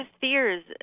fears